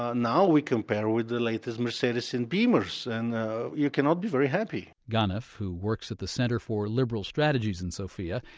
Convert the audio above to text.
ah now we compare with the latest mercedes and beemers and you cannot be very happy ganev, who works at the centre for liberal strategies in sofia,